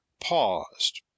paused